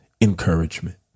encouragement